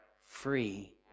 free